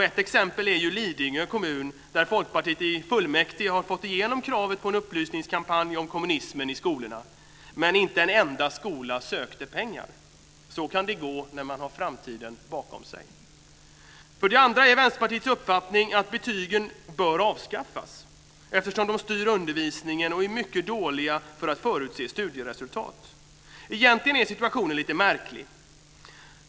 Ett exempel är Lidingö kommun, där Folkpartiet i fullmäktige har fått igenom kravet på en upplysningskampanj om kommunismen i skolorna. Men inte en enda skola sökte pengar. Så kan det gå när man har framtiden bakom sig. För det andra är det Vänsterpartiets uppfattning att betygen bör avskaffas eftersom de styr undervisningen och är mycket dåliga för att förutse studieresultat. Egentligen är situationen lite märklig.